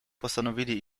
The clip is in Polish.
postanowili